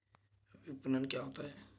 विपणन क्या होता है?